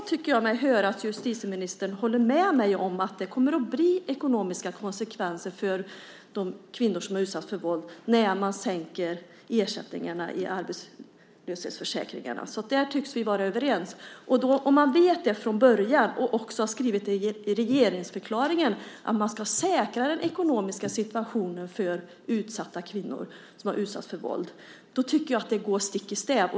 Jag tycker mig höra att justitieministern håller med mig om att det kommer att bli ekonomiska konsekvenser för de kvinnor som har utsatts för våld när man sänker ersättningarna i arbetslöshetsförsäkringen. Där tycks vi vara överens. Om man vet det från början och också har skrivit i regeringsförklaringen att man ska säkra den ekonomiska situationen för kvinnor som har utsatts för våld tycker jag att detta går stick i stäv.